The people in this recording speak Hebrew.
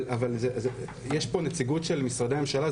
אבל יש פה נציגות של משרדי ממשלה.